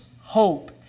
hope